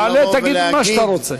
תעלה, תגיד מה שאתה רוצה.